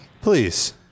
please